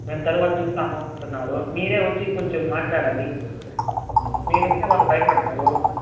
మేము తరువాత చూస్తాము అంటున్నారు మీరే వచ్చి కొంచెం మాట్లాడాలి మీరొస్తే వాళ్ళు భయపడతారు